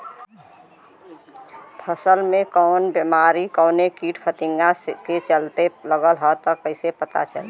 फसल में कवन बेमारी कवने कीट फतिंगा के चलते लगल ह कइसे पता चली?